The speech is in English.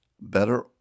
better